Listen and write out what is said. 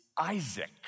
Isaac